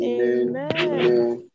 Amen